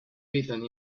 written